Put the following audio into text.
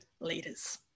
leaders